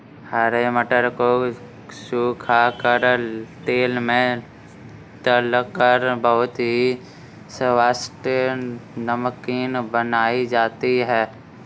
हरे मटर को सुखा कर तेल में तलकर बहुत ही स्वादिष्ट नमकीन बनाई जाती है